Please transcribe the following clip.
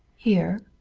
here?